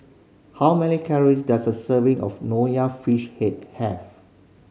how many calories does a serving of Nonya Fish Head have